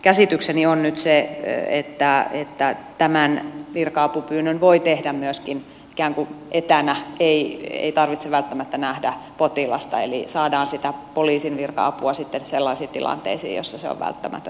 käsitykseni on nyt se että tämän virka apupyynnön voi tehdä myöskin ikään kuin etänä ei tarvitse välttämättä nähdä potilasta eli saadaan sitä poliisin virka apua sitten selasi tilanteessa jossa saa välttämättä